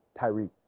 Tyreek